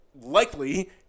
likely